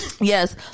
yes